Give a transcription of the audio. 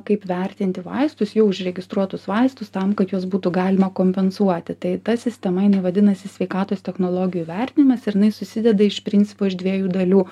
kaip vertinti vaistus jau užregistruotus vaistus tam kad juos būtų galima kompensuoti tai ta sistema jinai vadinasi sveikatos technologijų vertinimas ir jinai susideda iš principo iš dviejų dalių